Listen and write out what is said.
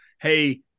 Hey